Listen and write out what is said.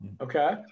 Okay